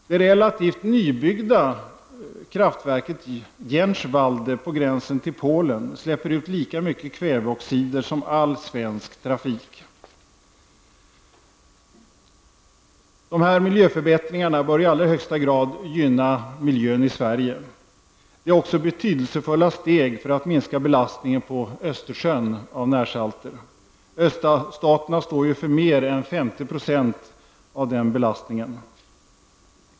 Det relativt nybyggda kraftverket Jünschwalde på gränsen till Polen släpper ut lika mycket kväveoxider som all svensk trafik. De här miljöförbättringarna bör i alla högsta grad gynna miljön i Sverige. Det är också betydelsefulla steg för att minska belastningen på Östersjön av närsalter. Öststaterna står ju för mer än 50 % av den belastningen.